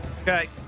Okay